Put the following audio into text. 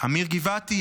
אמיר גבעתי,